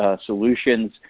solutions